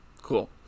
Cool